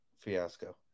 fiasco